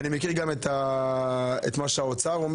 אני גם מכיר את מה שאומר האוצר.